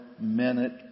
minute